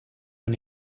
von